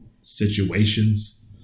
situations